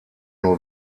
nur